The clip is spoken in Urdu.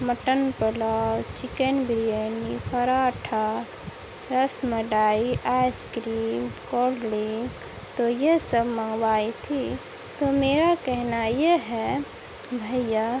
mutton pulao chicken biryani paratha rasmalai ice cream cold drink تو یہ سب منگوائی تھی تو میرا کہنا یہ ہے بھیا